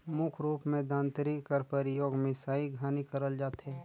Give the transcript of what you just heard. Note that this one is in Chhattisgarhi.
मुख रूप मे दँतरी कर परियोग मिसई घनी करल जाथे